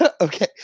okay